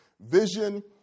vision